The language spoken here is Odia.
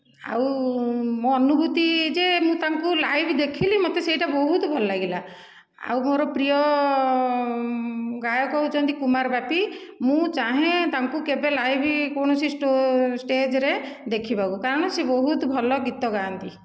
ଆଉ ମୋ ଅନୁଭୂତି ଯେ ମୁଁ ତାଙ୍କୁ ଲାଇଭ୍ ଦେଖିଲି ମୋତେ ସେଇଟା ବହୁତ ଭଲ ଲାଗିଲା ଆଉ ମୋର ପ୍ରିୟ ଗାୟକ ହେଉଛନ୍ତି କୁମାର ବାପି ମୁଁ ଚାହେଁ ତାଙ୍କୁ କେବେ ଲାଇଭ୍ କୌଣସି ସୋ ସ୍ଟେଜ୍ରେ ଦେଖିବାକୁ କାରଣ ସେ ବହୁତ ଭଲ ଗୀତ ଗାଆନ୍ତି